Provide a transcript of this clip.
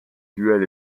duel